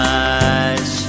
eyes